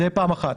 זה דבר ראשון.